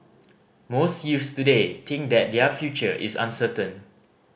most youths today think that their future is uncertain